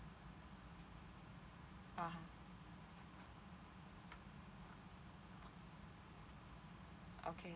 (uh huh) okay